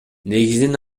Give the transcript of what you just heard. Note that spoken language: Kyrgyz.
негизинен